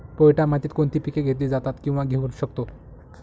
पोयटा मातीत कोणती पिके घेतली जातात, किंवा घेऊ शकतो?